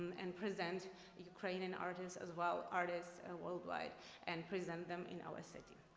and and present ukrainian artists as well artists ah worldwide and present them in our city.